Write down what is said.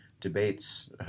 debates